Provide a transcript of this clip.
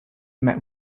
met